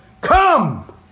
come